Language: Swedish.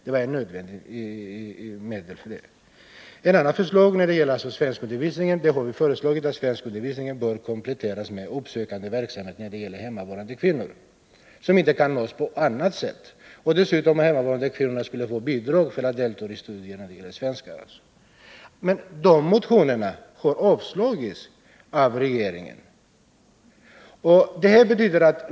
Vi har i en annan motion föreslagit att svenskundervisningen skall kompletteras med uppsökande verksamhet när det gäller de hemmavarande kvinnorna, som inte kan nås på annat sätt. De hemmavarande kvinnorna skulle dessutom få bidrag för att kunna delta i studierna. Dessa motioner har emellertid avstyrkts av utskottet.